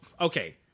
okay